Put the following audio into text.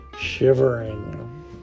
shivering